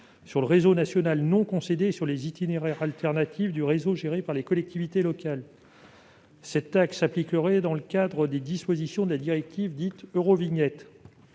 sur le réseau national non concédé et sur les itinéraires alternatifs du réseau géré par les collectivités locales. Cette taxe s'appliquerait dans le cadre des dispositions de la directive « Eurovignette ».